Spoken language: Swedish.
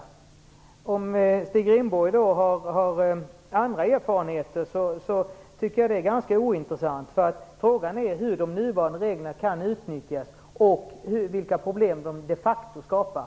Frågan om Stig Rindborg har andra erfarenheter tycker jag är ganska ointressant. Frågan är hur de nuvarande reglerna kan utnyttjas och vilka problem de de facto skapar.